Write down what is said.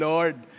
Lord